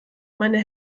meine